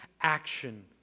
action